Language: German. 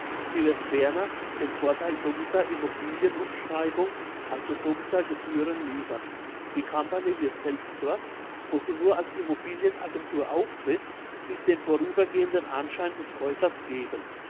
sie wird ferner den vortheil doppelter immobilienumschreibung also doppelter gebühren liefern die company wird selbst dort wo sie nur als immobilienagentur auftritt sich den vorübergehenden anschein des käufers geben